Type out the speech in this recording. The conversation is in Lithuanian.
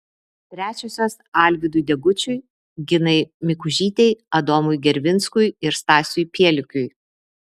trečiosios alvydui degučiui ginai mikužytei adomui gervinskui ir stasiui pielikiui